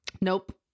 Nope